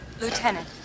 lieutenant